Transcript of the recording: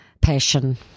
passion